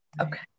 Okay